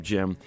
Jim